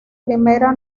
primera